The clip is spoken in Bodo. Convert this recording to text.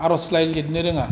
आरजलाय लिरनो रोंङा